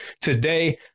Today